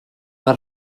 mae